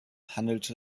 handelte